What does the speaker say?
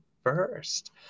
first